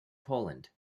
poland